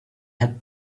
had